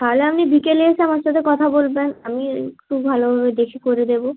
তাহলে আপনি বিকেলে এসে আমার সাথে কথা বলবেন আমি একটু ভালোভাবে দেখে করে দেবো